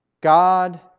God